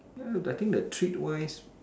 mm I think the treat wise